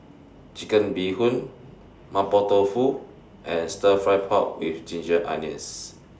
Chicken Bee Hoon Mapo Tofu and Stir Fry Pork with Ginger Onions